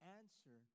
answer